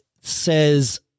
says